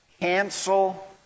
cancel